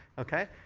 ok.